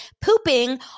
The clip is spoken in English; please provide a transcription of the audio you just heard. pooping